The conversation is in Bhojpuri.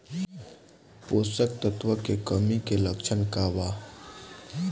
पोषक तत्व के कमी के लक्षण का वा?